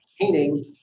painting